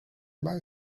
mouth